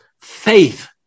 faith